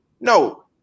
no